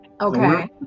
Okay